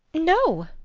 no.